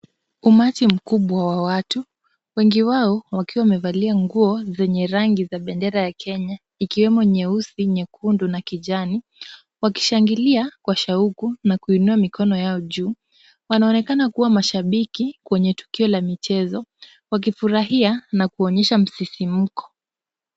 Umati mkubwa wa watu, wengi wao wakiwa wamevalia nguo zenye rangi za bendera ya Kenya, ikiwemo nyeusi, nyekundu na kijani, wakishangilia kwa shauku na kuinua mikono yao juu, wanaonekana kuwa mashabiki kwenye tukio la michezo, wakifurahia na kuonyesha msisimuko.